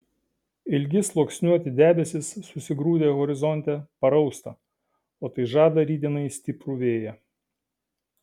ilgi sluoksniuoti debesys susigrūdę horizonte parausta o tai žada rytdienai stiprų vėją